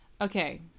Okay